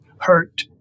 hurt